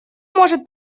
может